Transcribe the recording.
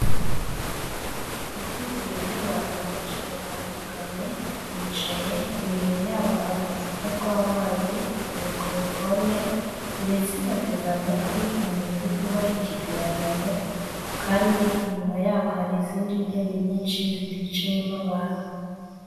Ihuriro ry'abantu benshi batandukanye bicaye, imbere yabo hari uducupa tw'amazi mikorofone ndetse bateze amatwi umuntu uri kubaha ikiganiro kandi inyuma yabo hari izindi ntebe nyinshi ziticayemo abantu.